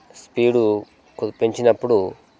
speed కొద్దిగా పెంచినప్పుడు